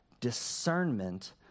discernment